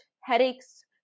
headaches